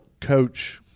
coach